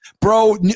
bro